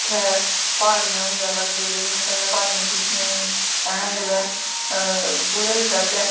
उत्थें प्हाड़ियां बी अलग जेह्ड़ियां कदें असें दिक्खियां नेंई असें कुतै कुदै बी जाच्चै